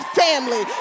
family